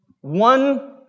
one